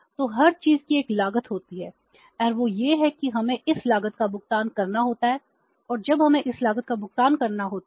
तो हर चीज की एक लागत होती है और वह यह है कि हमें इस लागत का भुगतान करना होता है और जब हमें इस लागत का भुगतान करना होता है